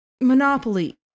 Monopoly